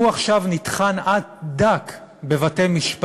הוא עכשיו נטחן עד דק בבתי-משפט,